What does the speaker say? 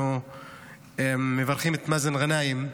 אנחנו מברכים את מאזן גנאים,